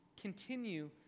Continue